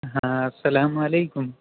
ہاں السلام علیکم